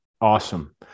Awesome